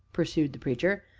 pursued the preacher,